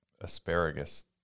asparagus